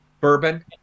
bourbon